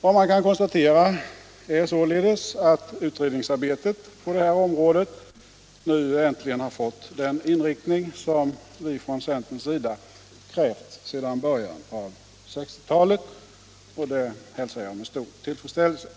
Man kan således konstatera att utredningsarbetet på det här området äntligen har fått den intiktning som centern krävt sedan början på 1960 talet, vilket jag hälsar med stor tillfredsställelse.